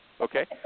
Okay